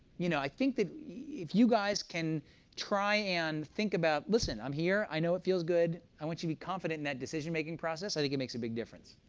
you know i think that if you guys can try and think about, listen, i'm here. i know it feels good. i want you to be confident in that decision making process. i think it makes a big difference.